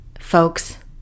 Folks